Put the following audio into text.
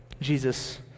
Jesus